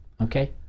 Okay